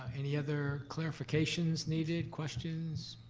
any other clarifications needed, questions?